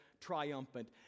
triumphant